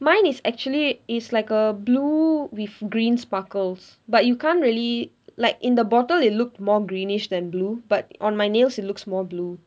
mine is actually it's like a blue with green sparkles but you can't really like in the bottle it looked more greenish than blue but on my nails it looks more blue